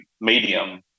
medium